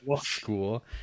school